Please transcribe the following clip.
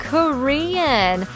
Korean